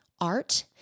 art